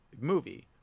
movie